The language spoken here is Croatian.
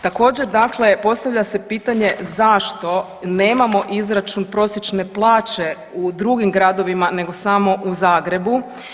Također dakle postavlja se pitanje zašto nemamo izračun prosječne plaće u drugim gradovima nego samo u Zagrebu.